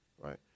right